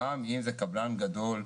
גם אם זה קבלן גדול,